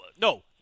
No